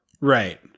Right